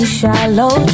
shallow